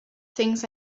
things